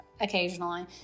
occasionally